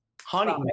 Honey